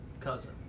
cousin